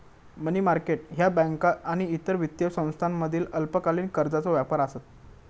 मनी market ह्या बँका आणि इतर वित्तीय संस्थांमधील अल्पकालीन कर्जाचो व्यापार आसत